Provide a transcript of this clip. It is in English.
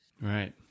Right